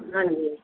ਹਾਂਜੀ